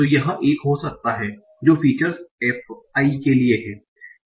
तो यह 1 हो सकता है जो फ़ीचर f I के लिए है